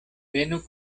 venu